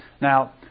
Now